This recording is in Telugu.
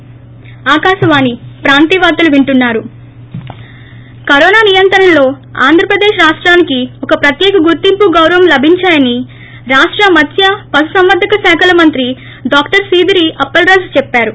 బ్రేక్ కరోనా నియంత్రణలో ఆంధ్రప్రదేశ్ రాష్టానికి ఒక ప్రత్యేక గుర్తింపు గౌరవం లభించాయని రాష్ట మత్స్ పశుసంవర్గక శాఖల మంత్రి డాక్షర్ సీదేరి అప్పలరాజు చెప్పారు